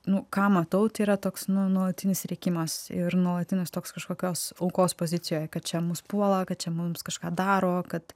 nu ką matau tai yra toks nu nuolatinis rėkimas ir nuolatinis toks kažkokios aukos pozicijoje kad čia mus puola kad čia mums kažką daro kad